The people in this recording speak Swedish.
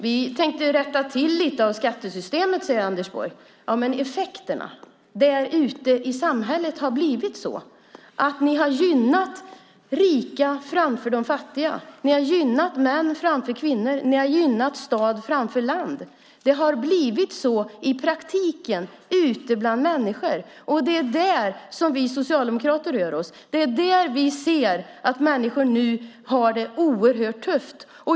Vi tänkte rätta till skattesystemet lite grann, säger Anders Borg. Men effekterna där ute i samhället har blivit sådana att ni har gynnat rika framför fattiga, män framför kvinnor, stad framför landsbygd. I praktiken har det blivit så ute bland människorna. Det är där vi socialdemokrater rör oss. Det är där vi ser att människor nu har det oerhört tufft.